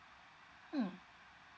mm